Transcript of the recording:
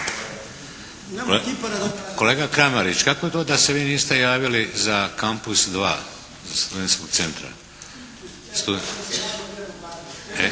Kolega Kramarić, kako to da se vi niste javili za Kampus dva Studentskog centra? E